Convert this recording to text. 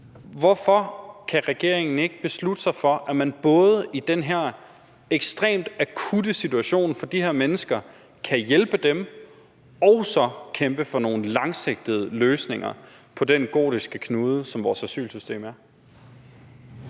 Hvorfor kan regeringen ikke beslutte sig for, at man både i den her ekstremt akutte situation for de her mennesker kan hjælpe dem og så kæmpe for nogle langsigtede løsninger på den gordiske knude, som vores asylsystem er?